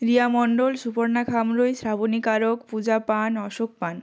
রিয়া মণ্ডল সুপর্ণা খামরুই শ্রাবণী কারক পূজা পান অশোক পান